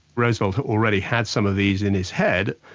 roosevelt already had some of these in his head,